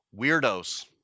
weirdos